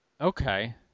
Okay